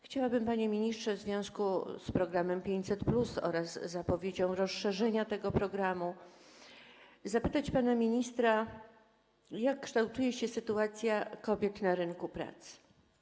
Chciałabym, panie ministrze, w związku z programem 500+ oraz zapowiedzią rozszerzenia tego programu zapytać pana ministra, jak kształtuje się sytuacja kobiet na rynku pracy.